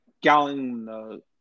gallon